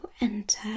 enter